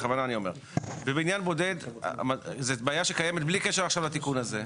מדוב בבעיה שקיימת בלי קשר לתיקון הזה.